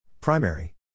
Primary